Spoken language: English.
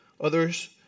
others